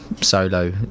solo